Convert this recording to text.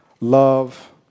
love